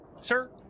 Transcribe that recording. sir